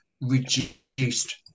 reduced